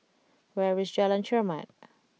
where is Jalan Chermat